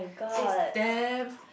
this is damn